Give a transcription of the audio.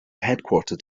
headquartered